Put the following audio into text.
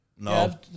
No